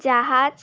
জাহাজ